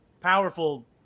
Powerful